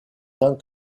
tant